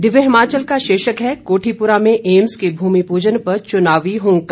दिव्य हिमाचल का शीर्षक है कोठीपुरा में एम्स के भूमि पूजन पर चुनावी हुंकार